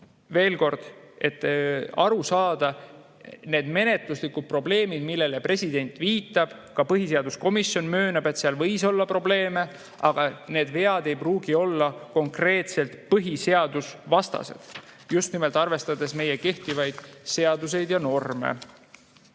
Veel kord, et aru saada: need menetluslikud probleemid, millele president viitab – ka põhiseaduskomisjon möönab, et seal võis olla probleeme –, aga need vead ei pruugi olla konkreetselt põhiseadusvastased, just nimelt arvestades meie kehtivaid seadusi ja norme.